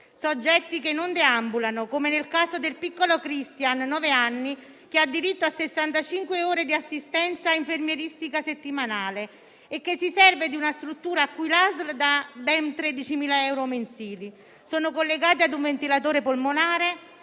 soggetti che non deambulano, come nel caso del piccolo Christian di nove anni, che ha diritto a sessantacinque ore di assistenza infermieristica settimanale e che si serve di una struttura a cui l'ASL dà ben 13.000 euro mensili. Sono collegati a un ventilatore polmonare